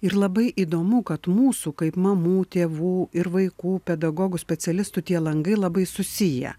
ir labai įdomu kad mūsų kaip mamų tėvų ir vaikų pedagogų specialistų tie langai labai susiję